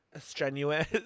strenuous